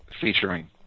featuring